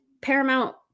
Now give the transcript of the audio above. Paramount